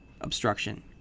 obstruction